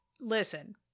Listen